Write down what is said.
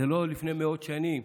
זה לא לפני מאות שנים.